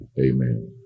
amen